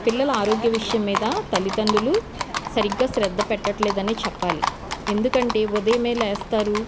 పిల్లలు ఆరోగ్య విషయం మీద తల్లిదండ్రులు సరిగ్గా శ్రద్ధ పెట్టట్లేదని చెప్పాలి ఎందుకంటే ఉదయం లేస్తారు